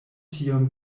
tion